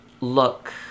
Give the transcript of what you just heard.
look